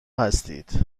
هستید